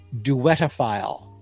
duetophile